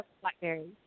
blackberries